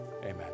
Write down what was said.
Amen